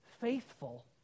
faithful